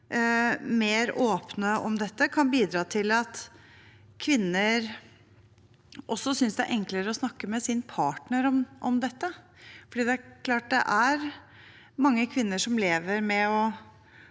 mer åpen om dette kan bidra til at kvinner synes det er enklere å snakke med sin partner om dette. Det er mange kvinner som lever med å